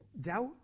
Doubt